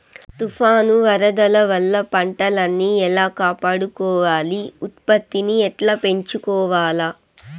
తుఫాను, వరదల వల్ల పంటలని ఎలా కాపాడుకోవాలి, ఉత్పత్తిని ఎట్లా పెంచుకోవాల?